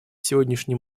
сегодняшней